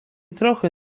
trochę